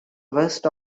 waste